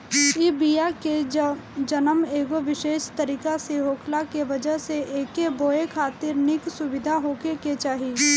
इ बिया के जनम एगो विशेष तरीका से होखला के वजह से एके बोए खातिर निक सुविधा होखे के चाही